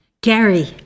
Gary